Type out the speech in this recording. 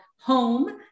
home